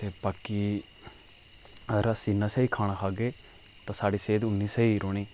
बाकी अगर अस जि'न्ना स्हेई खाना खाह्गे ते साढ़ी सेह्द उ'न्नी स्हेई रौह्नी